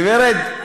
גברת,